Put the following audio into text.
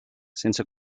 sense